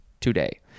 today